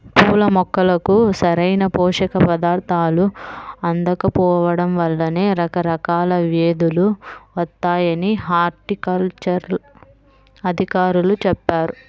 పూల మొక్కలకు సరైన పోషక పదార్థాలు అందకపోడం వల్లనే రకరకాల వ్యేదులు వత్తాయని హార్టికల్చర్ అధికారులు చెప్పారు